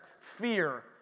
fear